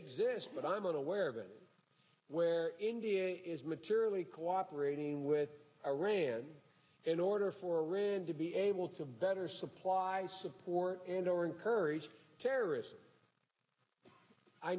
sense but i'm unaware of it where india is materially cooperating with iran in order for it to be able to better supply support and or encourage terrorists i